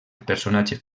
personatge